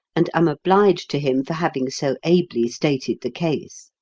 and am obliged to him for having so ably stated the case.